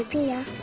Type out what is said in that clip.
here.